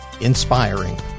Inspiring